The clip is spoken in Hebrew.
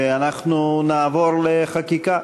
ואנחנו נעבור לחקיקה.